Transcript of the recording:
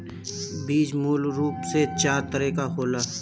बीज मूल रूप से चार तरह के होला